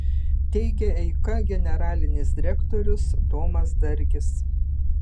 teigia eika generalinis direktorius domas dargis